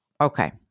Okay